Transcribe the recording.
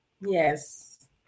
Yes